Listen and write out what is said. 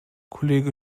kollege